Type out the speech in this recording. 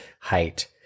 height